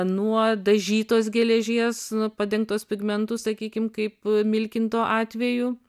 nuo dažytos geležies padengtos pigmentu sakykim kaip milkinto atveju